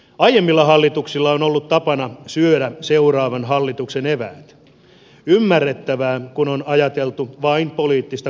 aiemmilla hallituksilla on ollut tapana syödä seuraavan hallituksen eväät ymmärrettävää kun on ajateltu vain poliittista kannatusta